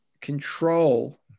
control